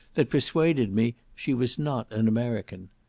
that persuaded me she was not an american.